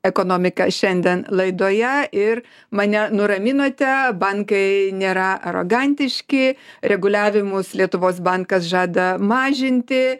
ekonomika šiandien laidoje ir mane nuraminote bankai nėra arogantiški reguliavimus lietuvos bankas žada mažinti